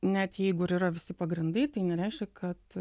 net jeigu ir yra visi pagrindai tai nereiškia kad